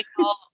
call